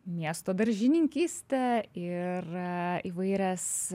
miesto daržininkyste ir įvairias